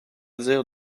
dire